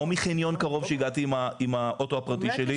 או מחניון קרוב שהגעתי עם האוטו הפרטי שלי.